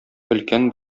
өлкән